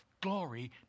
glory